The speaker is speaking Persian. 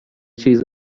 چیز